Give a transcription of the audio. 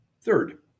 Third